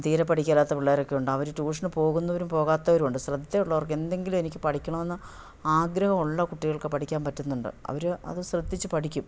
തീരെ പഠിക്കുകയില്ലാത്ത പിള്ളേരൊക്കെ ഉണ്ട് അവർ ട്യൂഷന് പോകുന്നവരും പോകാത്തവരും ഉണ്ട് ശ്രദ്ധയുള്ളവർക്ക് എന്തെങ്കിലും എനിക്ക് പഠിക്കണമെന്ന് ആഗ്രഹം ഉള്ള കുട്ടികൾക്ക് പഠിക്കാൻ പറ്റുന്നുണ്ട് അവര് അത് ശ്രദ്ധിച്ചു പഠിക്കും